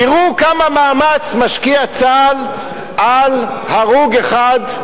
תראו כמה מאמץ משקיע צה"ל בהרוג אחד,